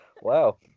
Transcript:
wow